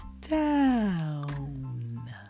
Down